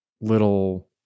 little